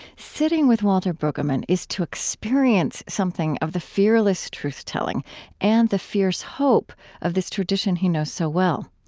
sitting with walter brueggemann is to experience something of the fearless truth-telling and the fierce hope of this tradition he knows so well.